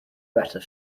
better